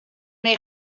neu